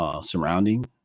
surrounding